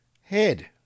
head